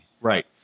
Right